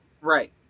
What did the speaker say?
Right